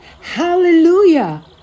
Hallelujah